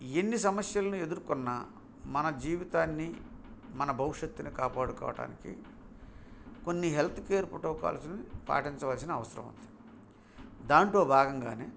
ఎన్ని సమస్యలని ఎదుర్కొన్నా మన జీవితాన్ని మన భవిష్యత్తుని కాపాడుకోవటానికి కొన్ని హెల్త్ కేర్ ప్రోటోకాల్స్ని పాటించవలసిన అవసరం ఉంది దాంటో భాగంగా